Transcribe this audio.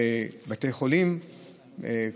בתי חולים,